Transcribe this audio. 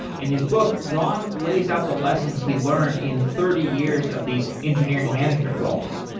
in his book. ron lays out the lessons he learned in thirty years of these engineering management roles.